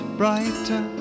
brighter